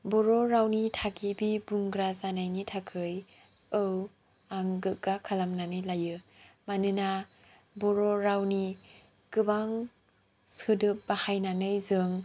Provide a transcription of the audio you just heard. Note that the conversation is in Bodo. बर' रावनि थागिबि बुंग्रा जानायनि थाखै औ आं गोग्गा खालामनानै लायो मानोना बर' रावनि गोबां सोदोब बाहायनानै जों